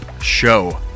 Show